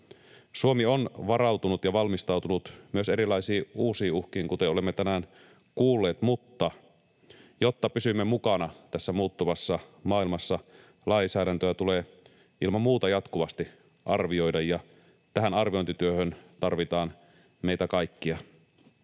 Suomi on varautunut ja valmistautunut myös erilaisiin uusiin uhkiin, kuten olemme tänään kuulleet, mutta jotta pysymme mukana tässä muuttavassa maailmassa, lainsäädäntöä tulee ilman muuta jatkuvasti arvioida, ja tähän arviointityöhön tarvitaan meitä kaikkia.